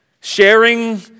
Sharing